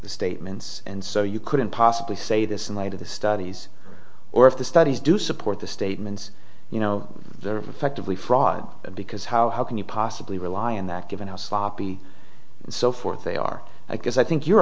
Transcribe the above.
the statements and so you couldn't possibly say this in light of the studies or if the studies do support the statements you know very effectively fraud because how can you possibly rely on that given how sloppy and so forth they are i guess i think you're